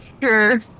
Sure